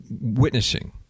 witnessing